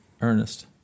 Ernest